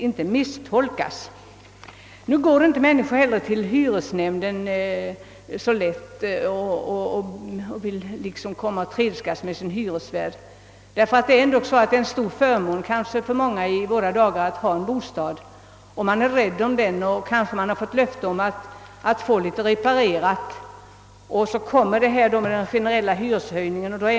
Och har man t.ex. fått löfte om att få reparerat, så är man rädd för att inte få reparationen gjord om man vänder sig till hyresnämnden för att få klarhet beträffande den generella hyreshöjningen.